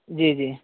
جی جی